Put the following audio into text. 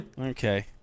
Okay